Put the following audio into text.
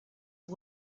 are